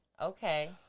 Okay